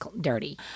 dirty